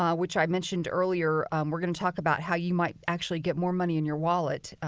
ah which i mentioned earlier. we're going to talk about how you might actually get more money in your wallet.